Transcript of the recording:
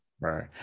right